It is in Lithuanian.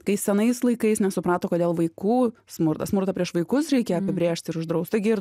kai senais laikais nesuprato kodėl vaikų smurtą smurtą prieš vaikus reikia apibrėžt ir uždraust taigi ir